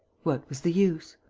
what was the use?